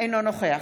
אינו נוכח